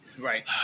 right